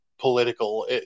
political